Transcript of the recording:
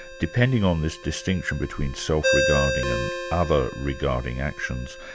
depending on this distinction between self-regarding and other regarding actions,